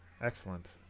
Excellent